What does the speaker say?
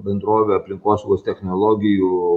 bendrovių aplinkosaugos technologijų